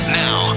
now